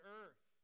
earth